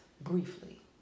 briefly